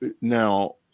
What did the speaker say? now